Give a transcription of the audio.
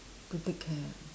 to take care